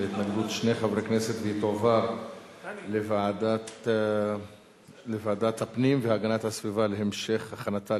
2012, לוועדת הפנים והגנת הסביבה נתקבלה.